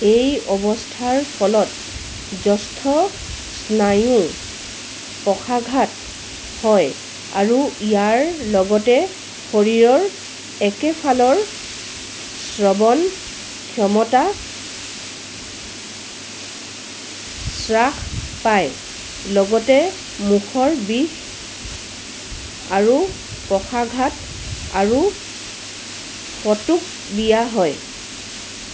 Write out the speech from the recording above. এই অৱস্থাৰ ফলত যষ্ঠ স্নায়ু পক্ষাঘাত হয় আৰু ইয়াৰ লগতে শৰীৰৰ একেফালৰ শ্ৰৱণ ক্ষমতা হ্ৰাস পায় লগতে মুখৰ বিষ আৰু পক্ষাঘাত আৰু ফটুববিয়া হয়